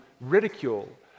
ridicule